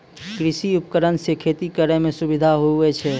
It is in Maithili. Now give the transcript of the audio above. कृषि उपकरण से खेती करै मे सुबिधा हुवै छै